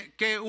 que